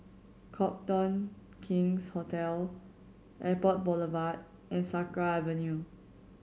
Copthorne King's Hotel Airport Boulevard and Sakra Avenue